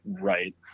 right